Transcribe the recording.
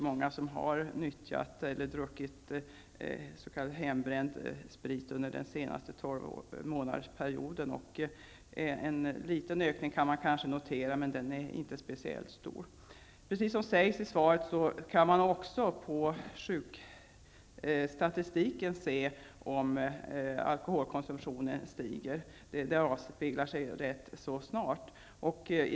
Man kan kanske notera en liten ökning, men den är inte speciellt stor. Som sägs i svaret kan man också på sjukstatistiken se om alkoholkonsumtionen stiger. Det avspeglar sig rätt snart.